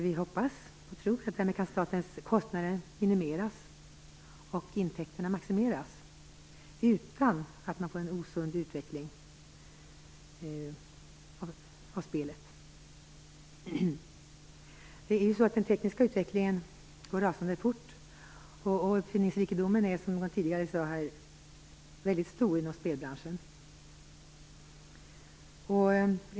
Vi hoppas och tror att statens kostnader därmed kan minimeras och intäkterna maximeras utan att man får en osund utveckling av spelet. Den tekniska utvecklingen går alltså rasande fort, och uppfinningsrikedomen är, som någon sade tidigare, väldigt stor inom spelbranschen.